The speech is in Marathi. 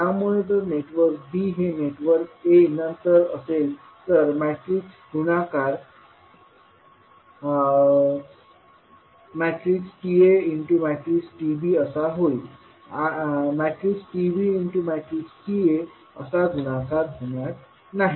त्यामुळे जर नेटवर्क b हे नेटवर्क a नंतर असेल तर मेट्रिक्स गुणाकारTaTbअसा होईल TbTaअसा गुणाकार होणार नाही